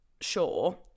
sure